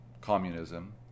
communism